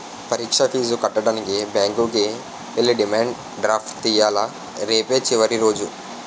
పరీక్ష ఫీజు కట్టడానికి బ్యాంకుకి ఎల్లి డిమాండ్ డ్రాఫ్ట్ తియ్యాల రేపే చివరి రోజు